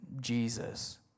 Jesus